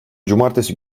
cumartesi